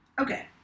Okay